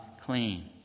clean